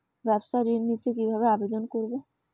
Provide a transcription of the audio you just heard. ব্যাবসা ঋণ নিতে কিভাবে আবেদন করব?